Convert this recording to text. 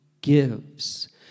gives